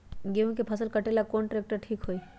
गेहूं के फसल कटेला कौन ट्रैक्टर ठीक होई?